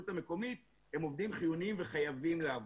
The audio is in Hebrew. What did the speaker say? המקומית הם עובדים חיוניים וחייבים לעבוד.